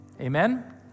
Amen